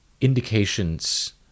indications